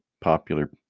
popular